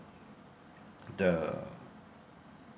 the